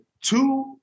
two